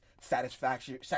satisfaction